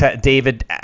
david